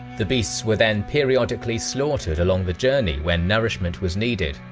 the beasts were then periodically slaughtered along the journey when nourishment was needed,